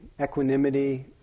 equanimity